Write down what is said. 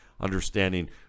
understanding